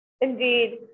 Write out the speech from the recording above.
Indeed